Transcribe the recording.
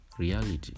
Reality